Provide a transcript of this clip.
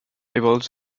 evolves